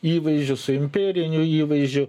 įvaizdžiu su imperiniu įvaizdžiu